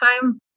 time